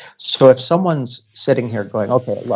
so if someone sitting here going, okay.